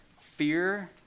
Fear